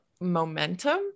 momentum